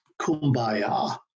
kumbaya